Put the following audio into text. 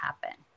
happen